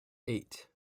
eight